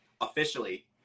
officially